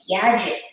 gadget